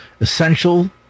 essential